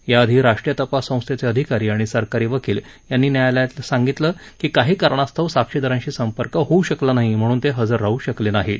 याआधी राष्ट्रीय तपास संस्थेचे आधिकारी आणि सरकारी वकील यांनी न्यायालयाला सांगितलं की काही कारणास्तव साक्षीदारांशी संपर्क होऊ शकला नाही म्हणून ते हजर राहू शकले नाहीत